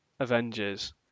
Avengers